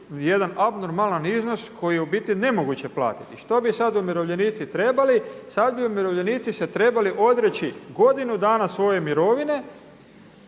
jedan abnormalan iznos koji je u biti nemoguće platiti. Što bi sad umirovljenici trebali? Sad bi umirovljenici se trebali odreći godinu dana svoje mirovine,